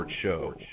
show